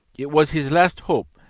it was his last hope,